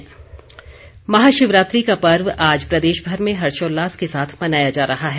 महाशिवरात्रि महाशिवरात्रि का पर्व आज प्रदेशभर में हर्षोल्लास के साथ मनाया जा रहा है